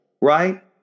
right